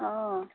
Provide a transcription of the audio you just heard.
অঁ